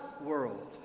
world